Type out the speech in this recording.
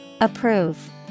Approve